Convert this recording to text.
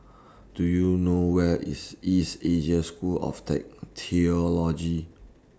Do YOU know Where IS East Asia School of Theology